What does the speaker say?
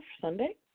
Sunday